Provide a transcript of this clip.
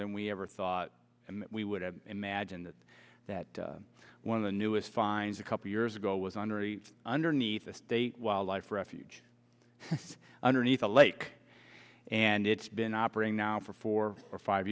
than we ever thought we would have imagined that one of the newest finds a couple years ago was under underneath a state wildlife refuge underneath a lake and it's been operating now for four or five